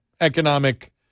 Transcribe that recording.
economic